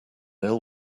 ill